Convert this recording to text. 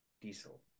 Diesel